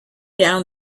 down